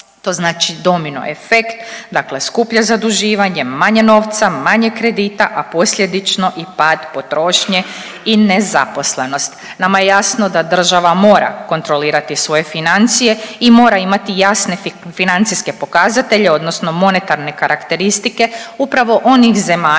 to znači domino efekt, dakle skuplje zaduživanje, manje novca, manje kredita, a posljedično i pad potrošnje i nezaposlenost. Nama je jasno da država mora kontrolirati svoje financije i mora imati jasne financijske pokazatelje odnosno monetarne karakteristike upravo onih zemalja